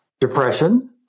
depression